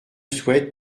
souhaite